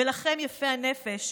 ולכם, יפי הנפש,